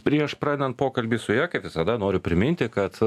prieš pradedant pokalbį su ja kaip visada noriu priminti kad